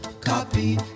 Copy